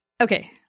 okay